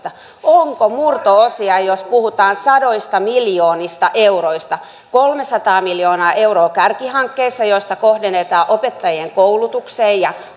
ovatko ne murto osia jos puhutaan sadoista miljoonista euroista kolmesataa miljoonaa euroa kärkihankkeissa joista kohdennetaan opettajien koulutukseen ja